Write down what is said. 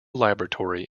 laboratory